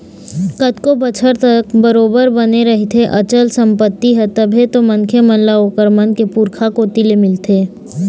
कतको बछर तक बरोबर बने रहिथे अचल संपत्ति ह तभे तो मनखे मन ल ओखर मन के पुरखा कोती ले मिलथे